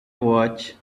watched